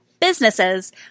businesses